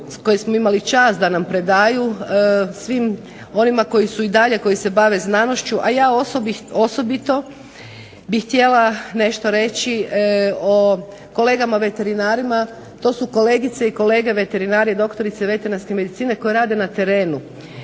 koji smo imali čast da nam predaju, svim onima koji su i dalje koji se bave znanošću. A ja bih osobito htjela nešto reći o kolegama veterinarima. To su kolegice i kolege veterinari doktori veterinarske medicine koji rade na terenu.